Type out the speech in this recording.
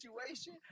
situation